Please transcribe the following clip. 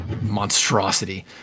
monstrosity